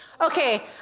Okay